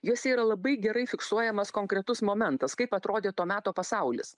juose yra labai gerai fiksuojamas konkretus momentas kaip atrodė to meto pasaulis